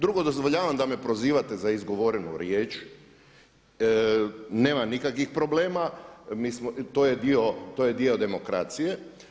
Drugo, dozvoljavam da me prozivate za izgovorenu riječ, nemam nikakvih problema to je dio demokracije.